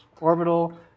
Orbital